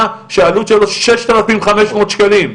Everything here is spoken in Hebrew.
שהעלות שלו ששת אלפים חמש מאות שקלים.